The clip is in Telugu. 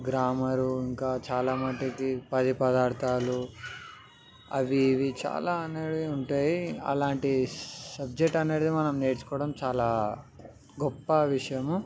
గ్రామరు ఇంకా చాలా మటుకి ప్రతిపదార్థాలు అవి ఇవి చాలా అనేవి ఉంటాయి అలాంటి సబ్జెక్ట్ అనేది మనం నేర్చుకోవడం చాలా గొప్ప విషయము